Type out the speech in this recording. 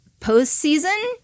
postseason